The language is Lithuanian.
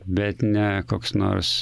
bet ne koks nors